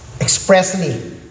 expressly